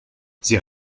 sie